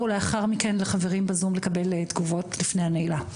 לאחר מכן לחברים בזום לקבל תגובות לפני הנעילה.